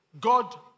God